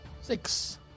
Six